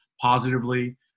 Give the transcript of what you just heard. positively